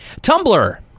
Tumblr